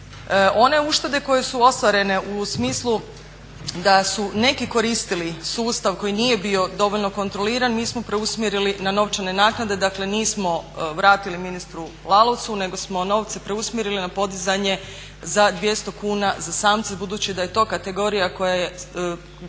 One uštede koje su ostvarene u smislu da su neki koristili sustav koji nije bio dovoljno kontroliran mi smo preusmjerili na novčane naknade. Dakle, nismo vratili ministru Lalovcu nego smo novce preusmjerili na podizanje za 200 kn za samce budući da je to kategorija koja je